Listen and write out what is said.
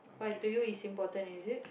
but to you it's important is it